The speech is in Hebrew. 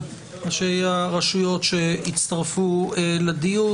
ראשי הרשויות שהצטרפו לדיון.